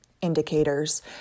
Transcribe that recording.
indicators